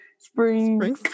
Spring